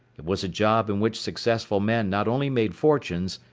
it was a job in which successful men not only made fortunes,